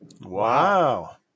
Wow